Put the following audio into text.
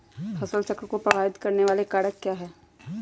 फसल चक्र को प्रभावित करने वाले कारक क्या है?